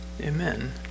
amen